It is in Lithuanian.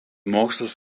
mokslus